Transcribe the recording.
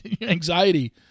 anxiety